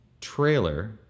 trailer